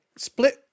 Split